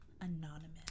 anonymous